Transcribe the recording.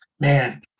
Man